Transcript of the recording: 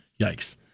Yikes